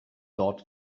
dot